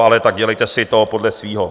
Ale tak dělejte si to podle svýho.